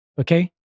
okay